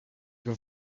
ben